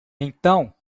então